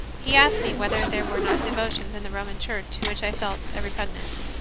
he asked me whether there were not devotions in the roman church to which i felt a repugnance.